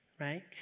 right